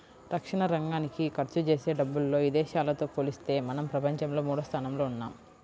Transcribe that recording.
రక్షణరంగానికి ఖర్చుజేసే డబ్బుల్లో ఇదేశాలతో పోలిత్తే మనం ప్రపంచంలో మూడోస్థానంలో ఉన్నాం